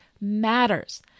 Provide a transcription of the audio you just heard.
matters